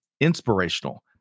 inspirational